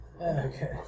Okay